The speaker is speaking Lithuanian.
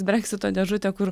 breksito dėžutė kur